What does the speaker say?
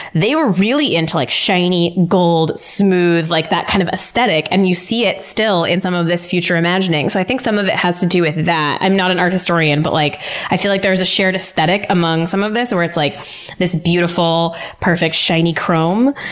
they were really into like shiny, gold, smooth, like that kind of aesthetic and you see it still in some of this future imaging. so, i think some of it has to do with that. i'm not an art historian but like i feel like there's a shared aesthetic among some of this, where it's like this beautiful, perfect, shiny chrome.